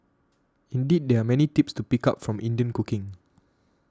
indeed there are many tips to pick up from Indian cooking